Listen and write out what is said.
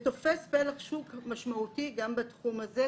הוא תופס פלח שוק משמעותי גם בתחום הזה,